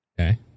Okay